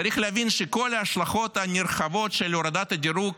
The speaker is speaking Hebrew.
צריך להבין שכל ההשלכות הנרחבות של הורדת הדירוג,